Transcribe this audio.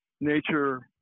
nature –